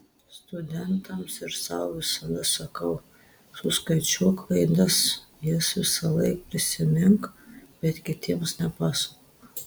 studentams ir sau visada sakau suskaičiuok klaidas jas visąlaik prisimink bet kitiems nepasakok